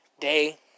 day